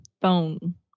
phone